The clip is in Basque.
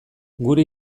gure